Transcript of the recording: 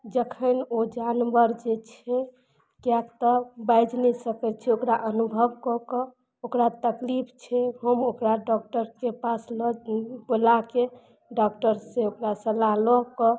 जखन ओ जानवर जे छै किएक तऽ बाजि नहि सकय छै ओकरा अनुभव कए कऽ ओकरा तकलीफ छै हम ओकरा डॉक्टरके पास ल बोलाके डॉक्टरसँ ओकरा सलाह लए कऽ